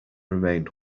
remained